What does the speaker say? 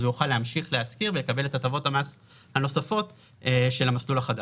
הוא יוכל להמשיך להשכיר ולקבל את הטבות המס הנוספות של המסלול החדש.